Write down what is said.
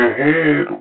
Ahead